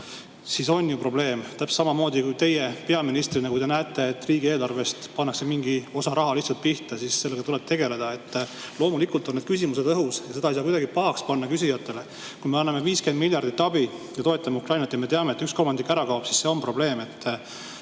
see on ju probleem. Täpselt samamoodi, kui teie peaministrina näete, et riigieelarvest pannakse mingi osa raha lihtsalt pihta, siis sellega tuleb tegeleda. Loomulikult on need küsimused õhus ja seda ei saa kuidagi küsijatele pahaks panna. Kui me anname 50 miljardit abi, et toetada Ukrainat, ja me teame, et üks kolmandik ära kaob, siis see on probleem.